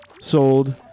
Sold